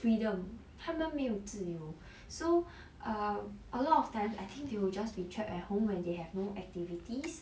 freedom 他们没有自由 so err a lot of times I think they will just be trapped at home when they have no activities